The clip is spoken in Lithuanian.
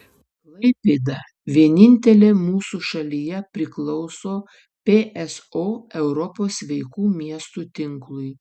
klaipėda vienintelė mūsų šalyje priklauso pso europos sveikų miestų tinklui